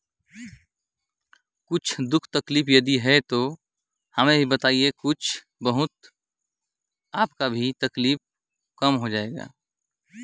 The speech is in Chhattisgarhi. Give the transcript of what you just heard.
कहो तकलीफ थोर बहुत अहे ओकर ले उबेर जाथे